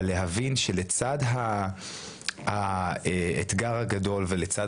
אבל להבין שלצד האתגר הגדול ולצד